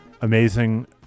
Amazing